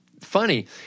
funny